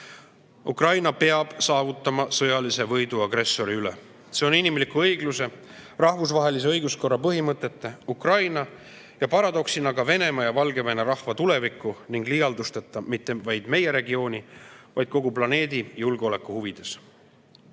Ukraina peab saavutama sõjalise võidu agressori üle. See on inimliku õigluse, rahvusvahelise õiguskorra põhimõtete, Ukraina ja paradoksina ka Venemaa ja Valgevene rahva tuleviku ning liialdusteta mitte vaid meie regiooni, vaid kogu planeedi julgeoleku huvides.